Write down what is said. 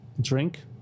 drink